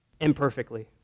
imperfectly